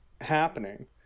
happening